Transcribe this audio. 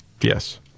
Yes